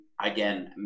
again